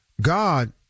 God